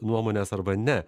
nuomonės arba ne